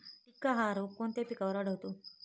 टिक्का हा रोग कोणत्या पिकावर आढळतो?